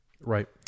right